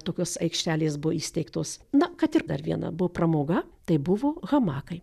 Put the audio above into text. tokios aikštelės buvo įsteigtos na kad ir dar viena buvo pramoga tai buvo hamakai